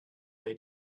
they